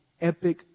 epic